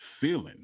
feeling